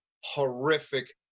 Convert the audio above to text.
horrific